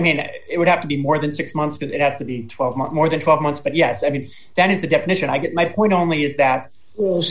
i mean it would have to be more than six months but it has to be twelve more than twelve months but yes i mean that is the definition i get my point only is that